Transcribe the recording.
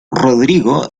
rodrigo